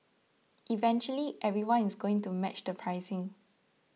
eventually everyone is going to match the pricing